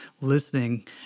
listening